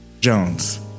Jones